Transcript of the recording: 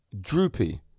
droopy